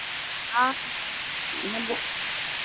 आप